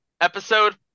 Episode